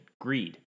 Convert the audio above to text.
greed